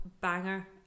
banger